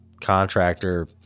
contractor